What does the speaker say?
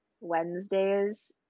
Wednesdays